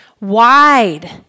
Wide